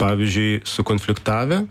pavyzdžiui sukonfliktavę